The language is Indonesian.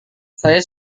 saya